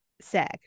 sag